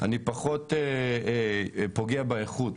אני פחות פוגע באיכות.